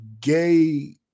gay